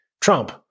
Trump